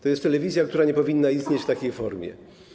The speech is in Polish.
To jest telewizja, która nie powinna istnieć w takiej formie.